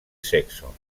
sexo